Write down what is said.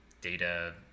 data